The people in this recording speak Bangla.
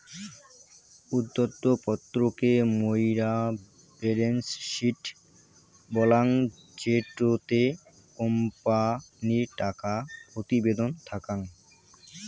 উদ্ধৃত্ত পত্র কে মুইরা বেলেন্স শিট বলাঙ্গ জেটোতে কোম্পানির টাকা প্রতিবেদন থাকাং